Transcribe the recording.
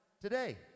today